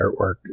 artwork